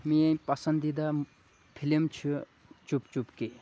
میٛٲنۍ پسنٛدیٖدہ فِلم چھِ چُپ چُپ کے